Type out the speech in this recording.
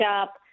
up